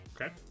Okay